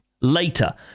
later